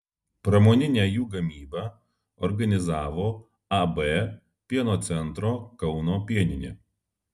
pramoninę jų gamybą organizavo ab pieno centro kauno pieninė